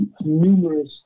numerous